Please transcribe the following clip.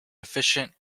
efficient